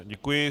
Děkuji.